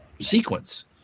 sequence